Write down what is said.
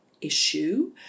issue